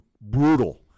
brutal